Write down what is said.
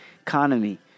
Economy